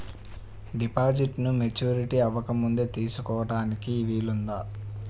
డిపాజిట్ను మెచ్యూరిటీ అవ్వకముందే తీసుకోటానికి వీలుందా?